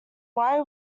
why